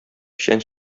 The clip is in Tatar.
печән